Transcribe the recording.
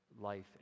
life